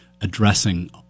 addressing